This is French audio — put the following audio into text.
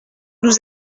nous